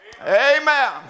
Amen